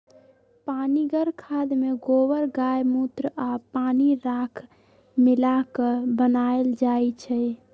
पनीगर खाद में गोबर गायमुत्र आ पानी राख मिला क बनाएल जाइ छइ